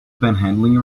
panhandling